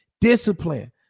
discipline